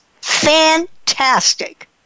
fantastic